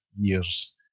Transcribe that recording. years